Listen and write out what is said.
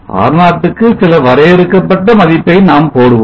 R0 க்கு சில வரையறுக்கப்பட்ட மதிப்பை நாம் போடுவோம்